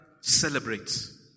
celebrates